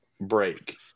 break